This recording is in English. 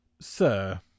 Sir